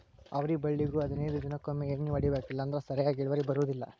ಅವ್ರಿ ಬಳ್ಳಿಗು ಹದನೈದ ದಿನಕೊಮ್ಮೆ ಎಣ್ಣಿ ಹೊಡಿಬೇಕ ಇಲ್ಲಂದ್ರ ಸರಿಯಾಗಿ ಇಳುವರಿ ಬರುದಿಲ್ಲಾ